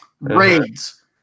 Raids